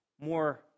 more